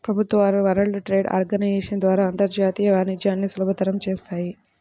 ప్రభుత్వాలు world trade organization ద్వారా అంతర్జాతీయ వాణిజ్యాన్ని సులభతరం చేత్తాయి